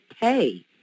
pay